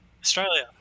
Australia